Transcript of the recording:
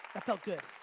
felt good.